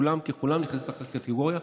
כולם כולם נכנסים אותה קטגוריה,